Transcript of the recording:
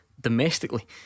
Domestically